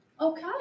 Okay